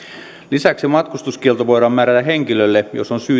lisäksi matkustuskielto voidaan määrätä henkilölle jos on syytä epäillä